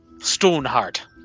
Stoneheart